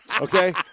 Okay